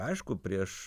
aišku prieš